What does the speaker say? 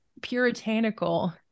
puritanical